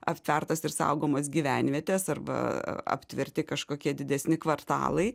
aptvertos ir saugomos gyvenvietės arba aptverti kažkokie didesni kvartalai